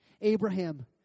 Abraham